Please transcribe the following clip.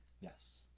Yes